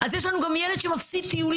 אז יש לנו גם ילד שמפסיד טיולים.